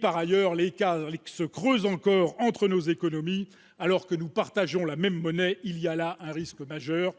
Par ailleurs, l'écart se creuse encore entre nos économies, alors que nous partageons la même monnaie. Il y a là un risque majeur.